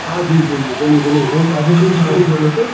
હા જી જી બોલીએ બોલીએ હું કાજી બોલું છું